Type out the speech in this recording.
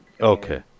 Okay